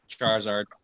Charizard